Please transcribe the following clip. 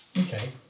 Okay